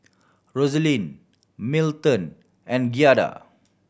Rosalyn Milton and Giada